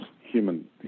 human